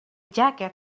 jacket